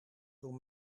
doe